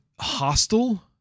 hostile